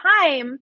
time